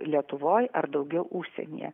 lietuvoj ar daugiau užsienyje